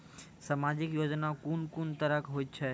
समाजिक योजना कून कून तरहक छै?